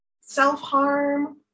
self-harm